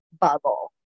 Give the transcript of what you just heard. bubble